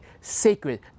sacred